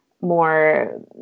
more